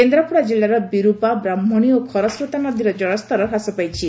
କେନ୍ଦ୍ରାପଡ଼ା ଜିଲ୍ଲାର ବିରୁପା ବ୍ରାହ୍କଶୀ ଓ ଖରସ୍ରୋତା ନଦୀର ଜଳସ୍ତର ହ୍ରାସ ପାଇଛି